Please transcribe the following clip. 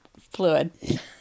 fluid